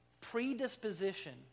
predisposition